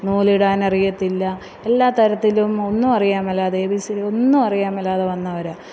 നൂലിടാന് അറിയത്തില്ല എല്ലാത്തരത്തിലും ഒന്നും അറിയാൻ മേലാതെ ഏ ബി സി ഡി ഒന്നും അറിയാന് മേലാതെ വന്നവരാണ്